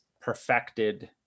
perfected